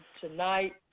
tonight